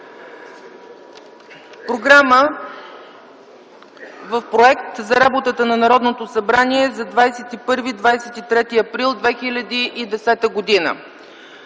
Програма за работата на Народното събрание за 21 23 април 2010 г.